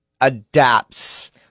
adapts